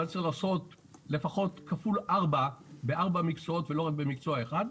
אבל צריך לעשות כפול ארבע בארבע מקצועות ולא רק במקצוע אחד.